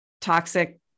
toxic